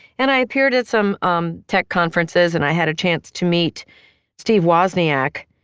and i appeared at some um tech conferences and i had a chance to meet steve wozniak.